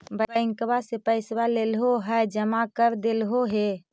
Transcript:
बैंकवा से पैसवा लेलहो है जमा कर देलहो हे?